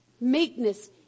Meekness